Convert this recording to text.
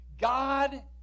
God